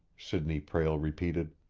sidney prale repeated.